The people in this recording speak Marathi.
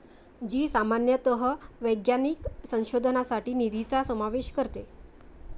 जी सामान्यतः वैज्ञानिक संशोधनासाठी निधीचा समावेश करते